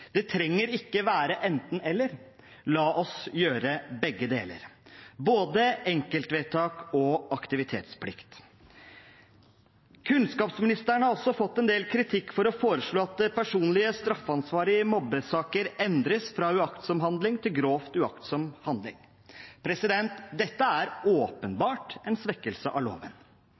Det trenger ikke være enten–eller – la oss gjøre begge deler, både enkeltvedtak og aktivitetsplikt. Kunnskapsministeren har også fått en del kritikk for å foreslå at det personlige straffeansvaret i mobbesaker endres fra uaktsom handling til grovt uaktsom handling. Dette er åpenbart en svekkelse av loven.